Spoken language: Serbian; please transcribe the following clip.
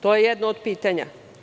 To je jedno od pitanja.